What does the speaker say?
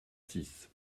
six